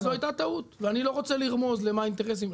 אז זו הייתה טעות ואני לא רוצה לרמוז למה האינטרסים.